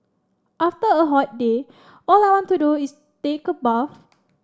after a hot day all I want to do is take a bath